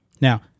Now